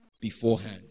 beforehand